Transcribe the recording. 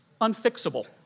unfixable